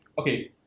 okay